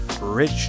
rich